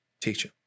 teacher